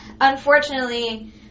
Unfortunately